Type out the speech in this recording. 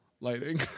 lighting